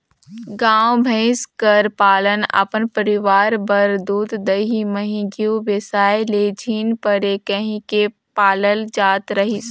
गाय, भंइस कर पालन अपन परिवार बर दूद, दही, मही, घींव बेसाए ले झिन परे कहिके पालल जात रहिस